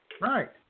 Right